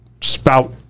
spout